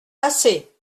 assez